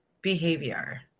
behavior